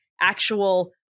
actual